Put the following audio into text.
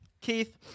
Keith